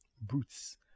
brutes